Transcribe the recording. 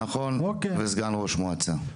נכון וסגן ראש מועצה.